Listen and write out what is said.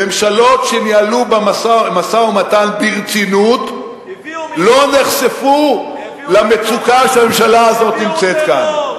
ממשלות שניהלו משא-ומתן ברצינות לא נחשפו למצוקה שהממשלה הזאת נמצאת בה.